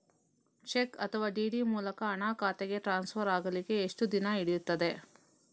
Check ಅಥವಾ DD ಮೂಲಕ ಹಣ ಖಾತೆಗೆ ಟ್ರಾನ್ಸ್ಫರ್ ಆಗಲಿಕ್ಕೆ ಎಷ್ಟು ದಿನ ಹಿಡಿಯುತ್ತದೆ?